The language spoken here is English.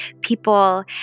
people